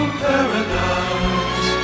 paradise